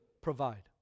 provide